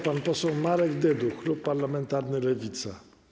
Pan poseł Marek Dyduch, klub parlamentarny Lewica.